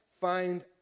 find